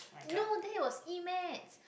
no that was e-maths